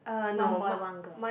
one boy one girl